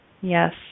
Yes